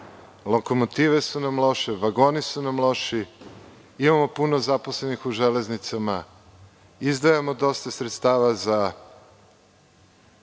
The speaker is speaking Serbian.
lokomotive su nam loše, vagoni su nam loši, imamo puno zaposlenih u železnicama, izdvajamo dosta sredstava za